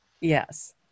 Yes